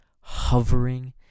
hovering